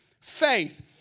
faith